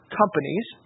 companies